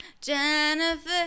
jennifer